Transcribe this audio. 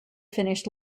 finished